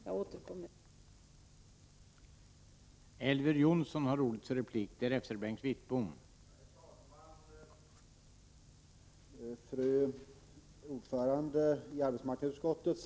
Jag återkommer till honom.